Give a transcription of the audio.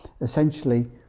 essentially